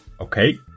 Okay